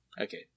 Okay